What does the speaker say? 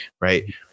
right